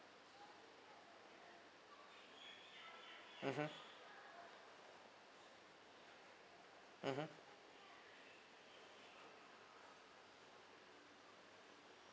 mmhmm mmhmm